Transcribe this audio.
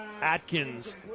atkins